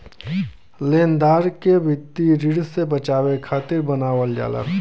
लेनदार के वित्तीय ऋण से बचावे खातिर बनावल जाला